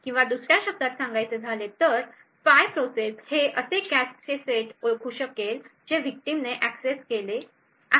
किंवा दुसऱ्या शब्दात सांगायचे झाले तर स्पाय प्रोसेस हे असे कॅशे सेटस ओळखू शकेल जे विक्टिमने एक्सेस केले आहेत